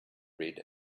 red